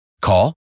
Call